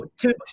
two